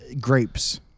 grapes